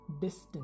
distance